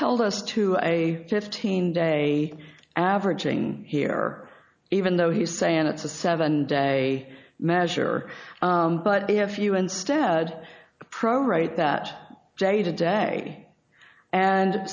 held us to a fifteen day averaging here even though he's saying it's a seven day measure but if you instead pro rate that day to day and